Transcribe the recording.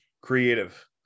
creative